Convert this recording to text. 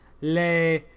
Le